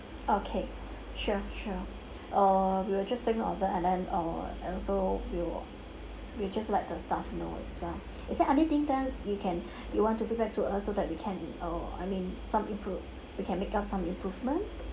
okay sure sure uh we will just take note of that and then uh and also we will we'll just let the staff know as well is there anything that you can you want to feedback to us so that we can uh I mean some impro~ we can make up some improvement